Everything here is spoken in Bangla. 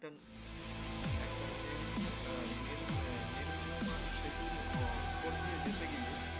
একটা একটা নির্মীয় নির্ম নির্মীয়মান সেতুর উপর দিয়ে যেতে গিয়ে